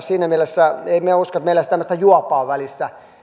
siinä mielessä en minä usko että meillä olisi tämmöistä juopaa välissä